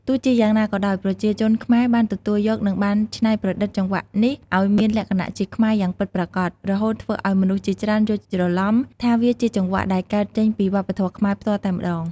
ទោះជាយ៉ាងណាក៏ដោយ ប្រជាជនខ្មែរបានទទួលយក និងបានច្នៃប្រឌិតចង្វាក់នេះឲ្យមានលក្ខណៈជាខ្មែរយ៉ាងពិតប្រាកដ រហូតធ្វើឲ្យមនុស្សជាច្រើនយល់ច្រឡំថាវាជាចង្វាក់ដែលកើតចេញពីវប្បធម៌ខ្មែរផ្ទាល់តែម្ដង។